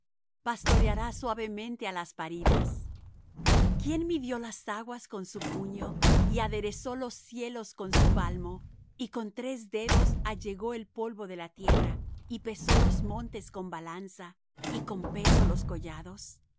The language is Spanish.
pastoreará suavemente las paridas quién midió las aguas con su puño y aderezó los cielos con su palmo y con tres dedos allegó el polvo de la tierra y pesó los montes con balanza y con peso los collados